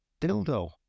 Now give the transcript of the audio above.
dildo